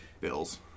Bills